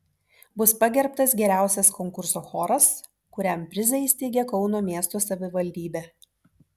bus pagerbtas geriausias konkurso choras kuriam prizą įsteigė kauno miesto savivaldybė